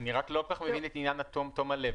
אני רק לא מבין את עניין תום הלב.